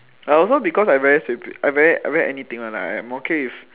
I also because I very I very anything one ah I okay with